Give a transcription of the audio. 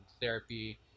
therapy